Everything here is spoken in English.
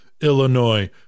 Illinois